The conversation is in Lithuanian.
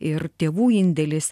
ir tėvų indėlis